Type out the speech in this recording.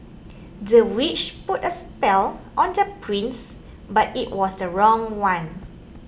the witch put a spell on the prince but it was the wrong one